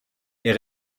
est